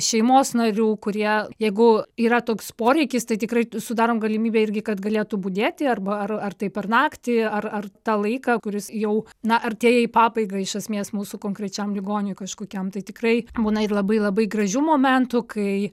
šeimos narių kurie jeigu yra toks poreikis tai tikrai sudarom galimybę irgi kad galėtų budėti arba ar ar tai per naktį ar ar tą laiką kuris jau na artėja į pabaigą iš esmės mūsų konkrečiam ligoniui kažkokiam tai tikrai būna ir labai labai gražių momentų kai